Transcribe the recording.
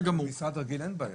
במשרד רגיל אין בעיה,